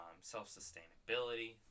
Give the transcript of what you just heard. self-sustainability